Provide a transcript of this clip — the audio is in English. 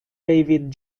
david